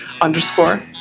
underscore